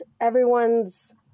everyone's